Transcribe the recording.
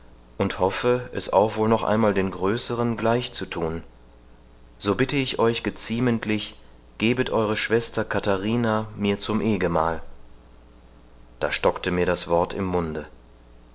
und hoffe es auch wohl noch einmal den größeren gleichzuthun so bitte ich euch geziementlich gehet euere schwester katharina mir zum ehgemahl da stockte mir das wort im munde